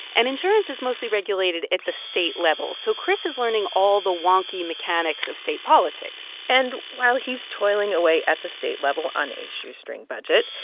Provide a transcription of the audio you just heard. and insurance is mostly regulated at the state level, so chris is learning all the wonky mechanics of state politics and while he's toiling away at the state level on a shoestring budget,